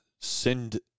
send